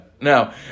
now